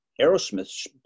Aerosmith